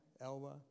Elba